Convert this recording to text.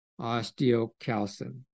osteocalcin